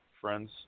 friends